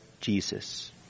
Jesus